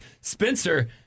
Spencer